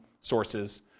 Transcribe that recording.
sources